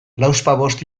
lauzpabost